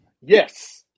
Yes